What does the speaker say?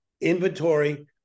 inventory